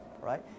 Right